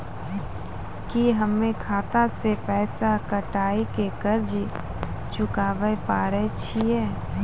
की हम्मय खाता से पैसा कटाई के कर्ज चुकाबै पारे छियै?